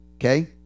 Okay